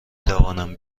توانم